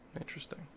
Interesting